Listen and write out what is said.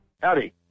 Howdy